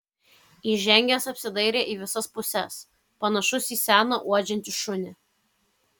įžengęs apsidairė į visas puses panašus į seną uodžiantį šunį